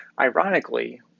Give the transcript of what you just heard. Ironically